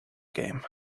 game